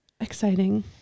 Exciting